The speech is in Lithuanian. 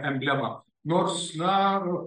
emblema nors na